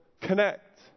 connect